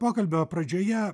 pokalbio pradžioje